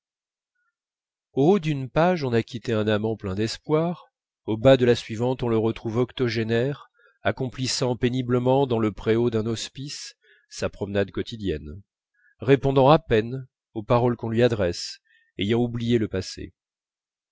haut d'une page on a quitté un amant plein d'espoir au bas de la suivante on le retrouve octogénaire accomplissant péniblement dans le préau d'un hospice sa promenade quotidienne répondant à peine aux paroles qu'on lui adresse ayant oublié le passé